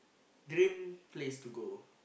dream place to go